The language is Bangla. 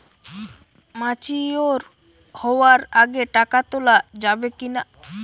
ম্যাচিওর হওয়ার আগে টাকা তোলা যাবে কিনা?